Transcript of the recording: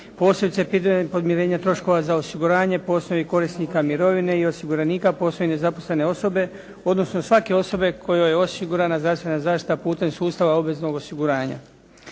posebice pitanja podmirenja troškova za osiguranje, posebnih korisnika mirovine i osiguranika, …/Govornik se ne razumije./ … i nezaposlene osobe, odnosno svake osobe kojoj je osigurana zdravstvena zaštita putem sustava obvezanog osiguranja.